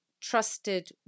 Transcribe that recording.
trusted